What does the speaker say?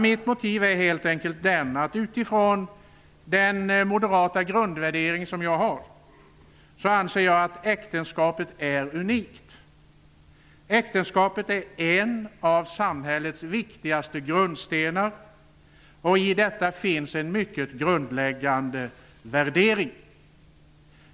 Mitt motiv är helt enkelt att jag anser, utifrån den moderata grundvärdering som jag har, att äktenskapet är unikt. Äktenskapet är en av samhällets viktigaste grundstenar. I detta finns en mycket grundläggande värdering.